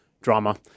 drama